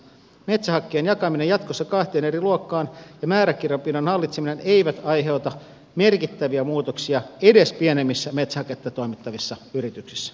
metsähakkeen jakaminen jatkossa kahteen eri luokkaan ja määräkirjanpidon hallitseminen eivät aiheuta merkittäviä muutoksia edes pienemmissä metsähaketta toimittavissa yrityksissä